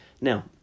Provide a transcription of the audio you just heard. Now